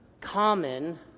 common